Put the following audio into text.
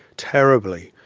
terribly,